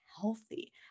healthy